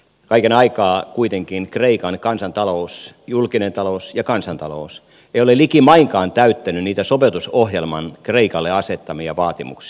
kaiken aikaa kuitenkaan kreikan kansantalous julkinen talous ja kansantalous ei ole likimainkaan täyttänyt niitä sopeutusohjelman kreikalle asettamia vaatimuksia